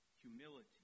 humility